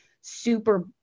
super